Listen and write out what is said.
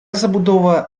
забудова